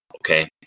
okay